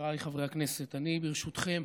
חבריי חברי הכנסת, ברשותכם,